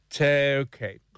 Okay